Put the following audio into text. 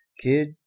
Kid